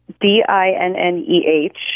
D-I-N-N-E-H